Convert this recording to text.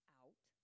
out